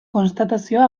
konstatazioa